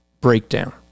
breakdown